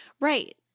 Right